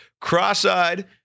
cross-eyed